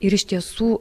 ir iš tiesų